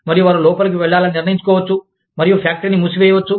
మరియు వారు లోపలికి వెళ్లాలని నిర్ణయించుకోవచ్చు మరియు ఫ్యాక్టరీని మూసివేయవచ్చు